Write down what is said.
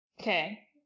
Okay